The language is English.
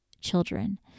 children